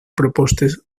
propostes